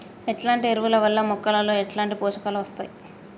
ఎట్లాంటి ఎరువుల వల్ల మొక్కలలో ఎట్లాంటి పోషకాలు వత్తయ్?